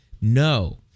No